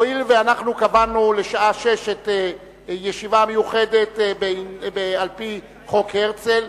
הואיל ואנחנו קבענו לשעה 18:00 ישיבה מיוחדת על-פי חוק הרצל,